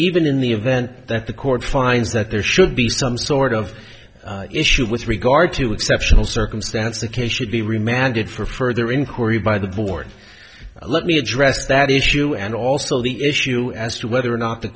even in the event that the court finds that there should be some sort of issue with regard to exceptional circumstance the case should be remanded for further inquiry by the board let me address that issue and also the issue as to whether or not the